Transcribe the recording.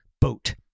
boat